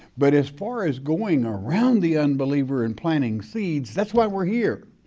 but as far as going around the unbeliever and planting seeds, that's why we're here.